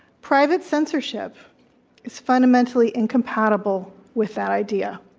private censorship is fundamentally incompatible with that idea,